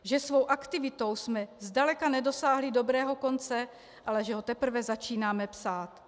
Že svou aktivitou jsme zdaleka nedosáhli dobrého konce, ale že ho teprve začínáme psát.